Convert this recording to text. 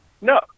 No